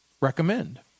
recommend